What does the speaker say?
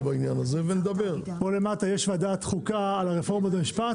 בעיה בהקשר של המצב הסוציו-אקונומי והיכולת לשלם על המים,